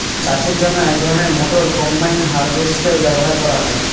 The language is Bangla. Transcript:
চাষের জন্য এক ধরনের মোটর কম্বাইন হারভেস্টার ব্যবহার করা হয়